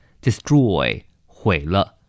Destroy,毁了